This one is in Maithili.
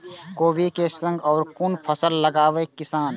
कोबी कै संग और कुन फसल लगावे किसान?